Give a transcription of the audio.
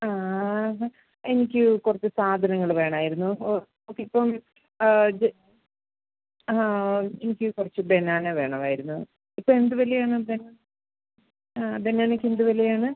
ആ എനിക്ക് കുറച്ച് സാധനങ്ങൾ വേണമായിരുന്നു ഓ ഇപ്പം ജ് ആ എനിക്ക് കുറച്ച് ബനാന വേണമായിരുന്നു ഇപ്പോൾ എന്ത് വിലയാണ് ബനാന ആ ബനാനയ്ക്ക് എന്ത് വിലയാണ്